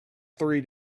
three